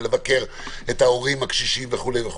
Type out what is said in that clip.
וביקור הורים קשישים וכולי.